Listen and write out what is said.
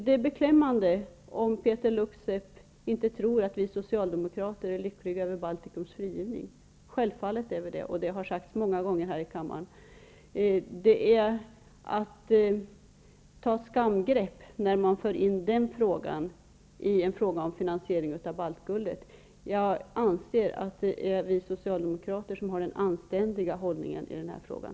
Det är beklämmande om Peeter Luksep inte tror att vi socialdemokrater är lyckliga över Baltikums frihet. Det är vi självfallet. Det har sagts många gånger här i kammaren. Det är att ta skamgrepp när man för in den frågan i frågan om finansieringen av baltguldet. Jag anser att det är vi socialdemokrater som har den anständiga hållningen i den här frågan.